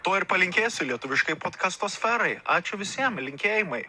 to ir palinkėsiu lietuviškai podkasto sferai ačiū visiem linkėjimai